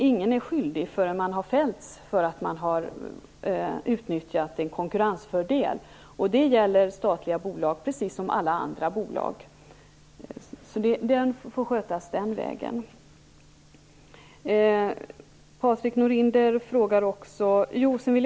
Ingen är skyldig förrän man har fällts för att ha utnyttjat en konkurrensfördel, och det gäller statliga bolag precis som alla andra bolag. Den frågan får skötas den vägen.